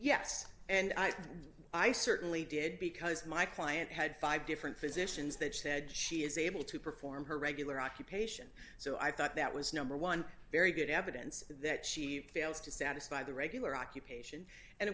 yes and i i certainly did because my client had five different physicians that said she is able to perform her regular occupation so i thought that was number one very good evidence that she fails to satisfy the regular occupation and